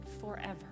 forever